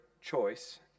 choice